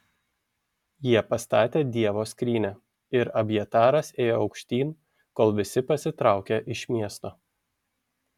jie pastatė dievo skrynią ir abjataras ėjo aukštyn kol visi pasitraukė iš miesto